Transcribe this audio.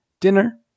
dinner